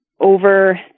over